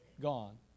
gone